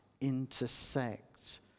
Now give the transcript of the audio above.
intersect